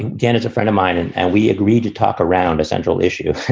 dan is a friend of mine, and and we agreed to talk around a central issue